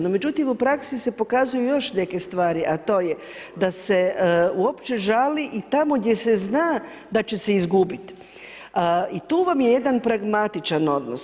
No međutim, u praksi se pokazuju još neke stvari, a to je da se uopće žali i tamo gdje se zna da će se izgubiti i tu vam je jedan pragmatičan odnos.